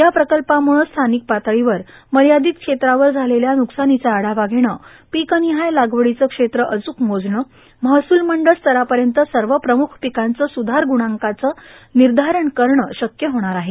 या प्रकल्पामुळं स्थानिक पातळीवर मर्यादित क्षेत्रावर झालेल्या ब्रुकसानीचा आढावा घेणं पीकनिहाय लागवडीचं क्षेत्र अचूक मोजणं महसूल मंडळ स्तरापर्यंत सर्व प्रमुख पीकांचं सुधार गुणांकाचं निर्धारण करणं शक्य होणार आहे